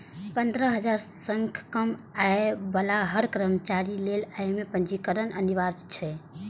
पंद्रह हजार सं कम आय बला हर कर्मचारी लेल अय मे पंजीकरण अनिवार्य छै